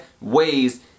ways